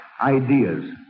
ideas